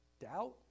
doubt